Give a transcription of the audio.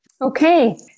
Okay